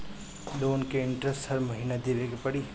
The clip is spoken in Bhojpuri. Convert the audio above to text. लोन के इन्टरेस्ट हर महीना देवे के पड़ी?